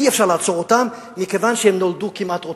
אי-אפשר לעצור אותם, כיוון שהם נולדו כמעט רוצחים.